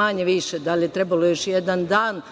manje, više da li je trebalo još jedan dan,